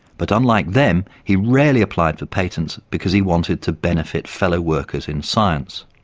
but unlike them he rarely applied for patents because he wanted to benefit fellow workers in science.